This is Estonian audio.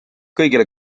kõigile